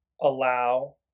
allow